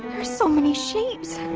are so many shapes